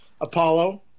Apollo